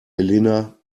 helena